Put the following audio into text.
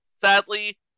sadly